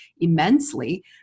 immensely